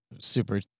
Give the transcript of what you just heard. super